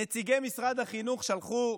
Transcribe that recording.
נציגי משרד החינוך שלחו,